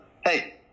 Hey